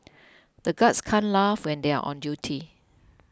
the guards can't laugh when they are on duty